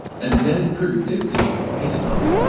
and then predicted based on it.